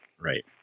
Right